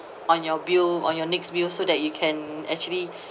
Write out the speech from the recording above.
on your bill on your next bill so that you can actually